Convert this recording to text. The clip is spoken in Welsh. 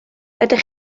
ydych